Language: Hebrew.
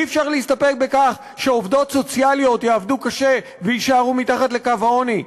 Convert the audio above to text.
אי-אפשר להסתפק בכך שעובדות סוציאליות יעבדו קשה ויישארו מתחת לקו עוני,